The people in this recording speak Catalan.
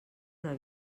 una